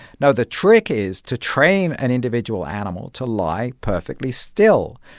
no, the trick is to train an individual animal to lie perfectly still,